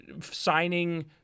signing